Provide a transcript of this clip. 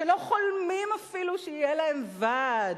שלא חולמים אפילו שיהיה להם ועד,